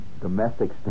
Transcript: domestic